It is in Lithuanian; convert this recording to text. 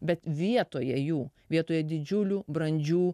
bet vietoje jų vietoje didžiulių brandžių